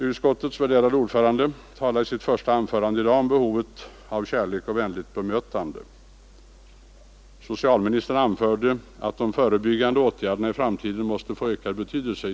Utskottets värderade ordförande talade i sitt första anförande i dag om behovet av kärlek och vänligt bemötande. Socialministern anförde i sitt anförande att de förebyggande åtgärderna i framtiden måste få ökad betydelse.